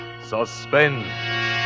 Suspense